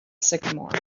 sycamore